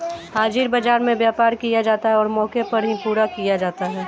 हाजिर बाजार में व्यापार किया जाता है और मौके पर ही पूरा किया जाता है